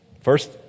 First